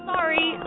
Sorry